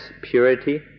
purity